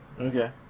Okay